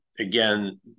again